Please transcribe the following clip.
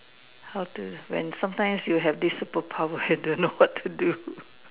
how to when sometimes you have this superpower you don't know what to do